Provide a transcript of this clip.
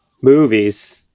movies